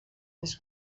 les